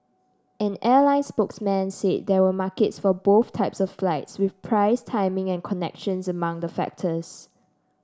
an airline spokesman said there were markets for both types of flights with price timing and connections among the factors